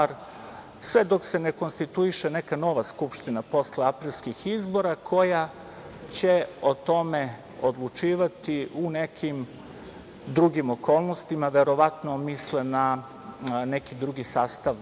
sve dok se ne konstituiše neka nova Skupština posle aprilskih izbora koja će o tome odlučivati u nekim drugim okolnostima, verovatno misle na neki drugi sastav